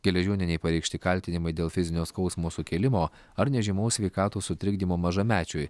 geležiūnienei pareikšti kaltinimai dėl fizinio skausmo sukėlimo ar nežymaus sveikatos sutrikdymo mažamečiui